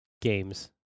Games